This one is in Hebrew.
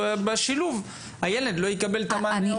בשילוב הילד לא יקבל את המענה המלא.